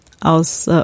aus